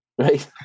right